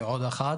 עוד אחת.